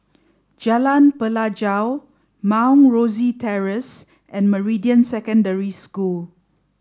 Jalan Pelajau Mount Rosie Terrace and Meridian Secondary School